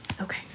Okay